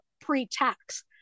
pre-tax